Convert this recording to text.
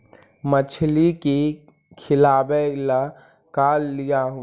मछली के खिलाबे ल का लिअइ?